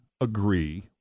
agree